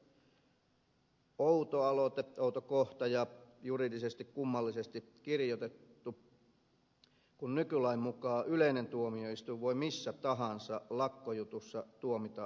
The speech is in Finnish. tämä on siinä mielessä outo aloite outo kohta ja juridisesti kummallisesti kirjoitettu kun nykylain mukaan yleinen tuomioistuin voi missä tahansa lakkojutussa tuomita vahingonkorvausta